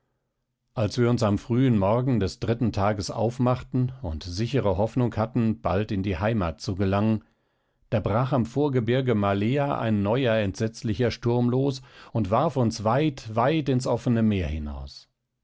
als wir uns am frühen morgen des dritten tages aufmachten und sichere hoffnung hatten bald in die heimat zu gelangen da brach am vorgebirge malea ein neuer entsetzlicher sturm los und warf uns weit weit ins offene meer hinaus